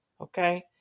okay